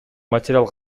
материал